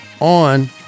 on